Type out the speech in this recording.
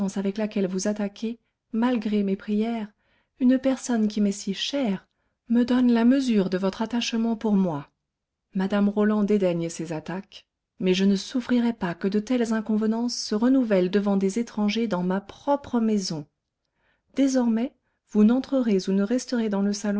avec laquelle vous attaquez malgré mes prières une personne qui m'est si chère me donne la mesure de votre attachement pour moi mme roland dédaigne ces attaques mais je ne souffrirai pas que de telles inconvenances se renouvellent devant des étrangers dans ma propre maison désormais vous n'entrerez ou ne resterez dans le